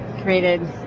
created